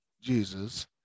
Jesus